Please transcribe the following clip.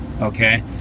okay